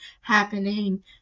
happening